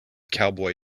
cowboy